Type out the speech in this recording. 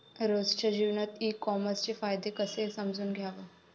रोजच्या जीवनात ई कामर्सचे फायदे कसे समजून घ्याव?